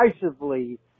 decisively